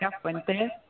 Fuentes